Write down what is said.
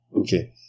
Okay